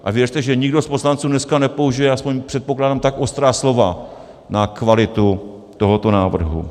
A věřte, že nikdo z poslanců dneska nepoužije, alespoň předpokládám, tak ostrá slova na kvalitu tohoto návrhu.